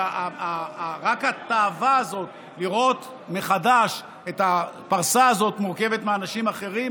רק התאווה הזאת לראות מחדש את הפרסה הזאת מורכבת מאנשים אחרים